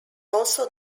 also